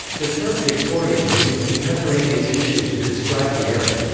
the term victorian was in contemporaneous usage to describe the era.